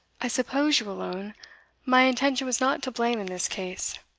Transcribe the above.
i suppose you will own my intention was not to blame in this case.